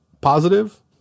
positive